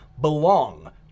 belong